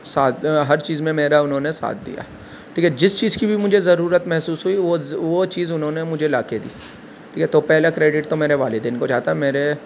ساتھ ہر چیزمیں میرا انہوں نے ساتھ دیا ٹھیک ہے جس چیز کی بھی مجھے ضرورت محسوس ہوئی وہ چیز انہوں نے مجھے لا کے دی ٹھیک ہے یہ تو پہلا کریڈٹ تو میرے والدین کو جاتا ہے میرے